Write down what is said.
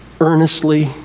earnestly